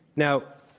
now,